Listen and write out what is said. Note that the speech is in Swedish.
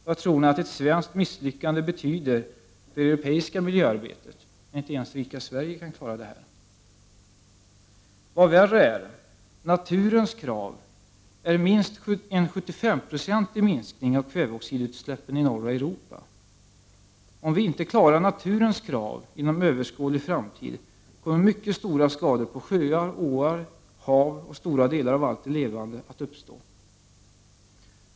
Vad tror ni att ett svenskt misslyckande betyder för det europeiska miljöarbetet — när inte ens rika Sverige kan klara det här målet? Vad värre är — naturens krav är minst en 75-procentig minskning av kvä veoxidutsläppen i norra Europa! Om vi inte klarar naturens krav inom överskådlig framtid, kommer mycket stora skador på sjöar, åar, skogar, hav och stora delar av det levande att uppstå.